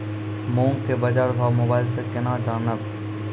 मूंग के बाजार भाव मोबाइल से के ना जान ब?